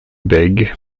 beg